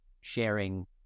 sharing